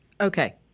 Okay